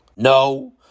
No